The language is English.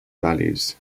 values